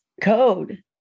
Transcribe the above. code